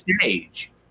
stage